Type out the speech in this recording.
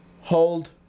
hold